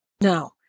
Now